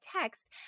text